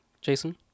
jason